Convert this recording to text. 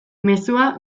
mezua